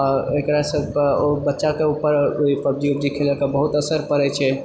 आ एकरासँ तऽ बच्चाकऽ ऊपर कोइ पबजी उबजी खेलयकऽ बहुत असर पड़ैत छै